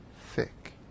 thick